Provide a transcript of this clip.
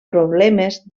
problemes